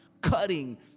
cutting